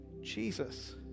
Jesus